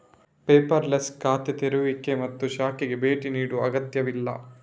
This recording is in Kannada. ಪೇಪರ್ಲೆಸ್ ಖಾತೆ ತೆರೆಯುವಿಕೆ ಮತ್ತು ಶಾಖೆಗೆ ಭೇಟಿ ನೀಡುವ ಅಗತ್ಯವಿಲ್ಲ